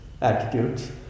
attitudes